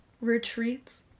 retreats